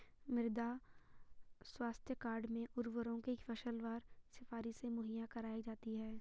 मृदा स्वास्थ्य कार्ड में उर्वरकों की फसलवार सिफारिशें मुहैया कराई जाती है